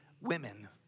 women